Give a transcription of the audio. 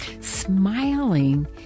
Smiling